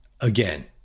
Again